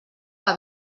que